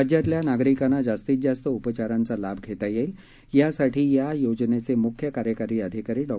राज्यातल्या नागरिकांना जास्तीत जास्त उपचारांचा लाभ घत्ती यईक यासाठी या योजनद्वाकुंख्य कार्यकारी अधिकारी डॉ